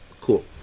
Cool